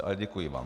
Ale děkuji vám.